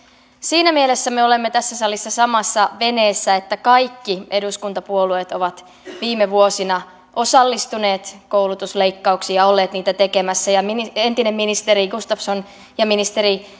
siinä mielessä me olemme tässä salissa samassa veneessä että kaikki eduskuntapuolueet ovat viime vuosina osallistuneet koulutusleikkauksiin ja olleet niitä tekemässä entinen ministeri gustafsson ja